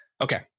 Okay